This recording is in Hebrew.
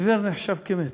עיוור נחשב כמת.